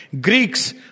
Greeks